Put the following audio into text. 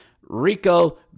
Rico